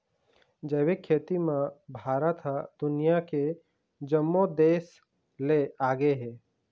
जैविक खेती म भारत ह दुनिया के जम्मो देस ले आगे हे